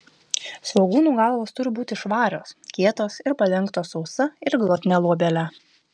svogūnų galvos turi būti švarios kietos ir padengtos sausa ir glotnia luobele